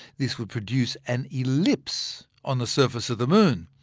this would produce an ellipse on the surface of the moon.